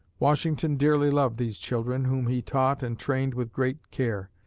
washington dearly loved these children, whom he taught and trained with great care.